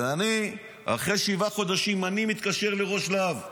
ואני אחרי שבעה חודשים מתקשר לראש להב.